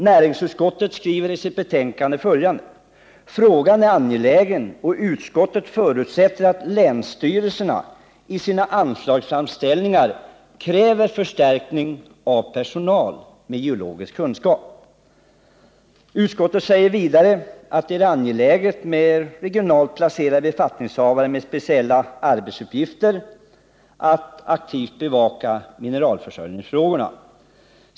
Näringsutskottet skriver i sitt betänkande att frågan är angelägen, och utskottet förutsätter att länsstyrelserna i sina anslagsframställningar kräver förstärkning av personal med geologisk kunskap. Utskottet säger vidare att det är angeläget med regionalt placerade befattningshavare med speciell arbetsuppgift att aktivt bevaka mineralförsörjningsfrågorna.